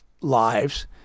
lives